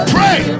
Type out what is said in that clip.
Pray